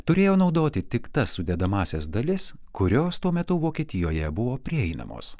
turėjo naudoti tik tas sudedamąsias dalis kurios tuo metu vokietijoje buvo prieinamos